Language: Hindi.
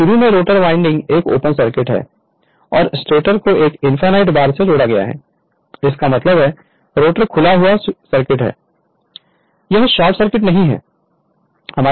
अब शुरू में रोटर वाइंडिंग एक ओपन सर्किट है और स्टेटर को एक इनफाइनाइट बार से जोड़ा गया है इसका मतलब है रोटर खुला हुआ सर्किट है यह शॉर्ट सर्किट नहीं है